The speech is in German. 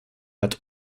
hat